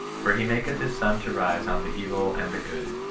for he maketh his sun to rise on the evil and the good,